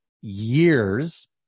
years